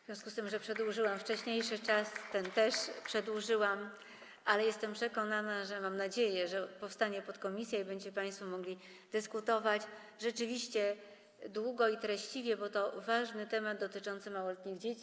W związku z tym, że przedłużyłam wcześniejszy czas, ten też przedłużyłam, ale jestem przekonana, mam nadzieję, że powstanie podkomisja i będziecie państwo mogli dyskutować rzeczywiście długo i treściwie, bo to ważny temat dotyczący małoletnich dzieci.